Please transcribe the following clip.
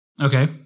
Okay